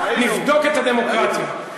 נבדוק את הדמוקרטיה,